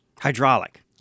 hydraulic